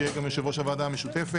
שיהיה גם יושב-ראש הוועדה המשותפת,